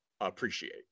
appreciate